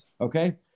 Okay